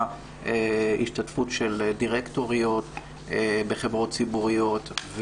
השתתפות של דירקטוריות בחברות ציבוריות.